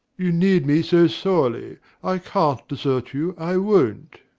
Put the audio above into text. you need me so sorely i can't desert you i won't.